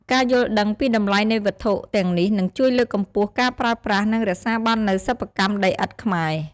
ការយល់ដឹងពីតម្លៃនៃវត្ថុទាំងនេះនឹងជួយលើកកម្ពស់ការប្រើប្រាស់ និងរក្សាបាននូវសិប្បកម្មដីឥដ្ឋខ្មែរ។